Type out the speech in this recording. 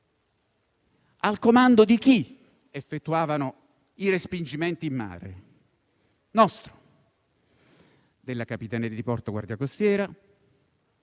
Al comando di chi effettuavano i respingimenti in mare? Nostro: Capitaneria di porto, Guardia costiera,